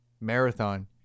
marathon